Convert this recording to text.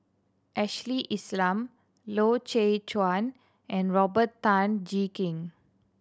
Ashley Isham Loy Chye Chuan and Robert Tan Jee Keng